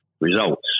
results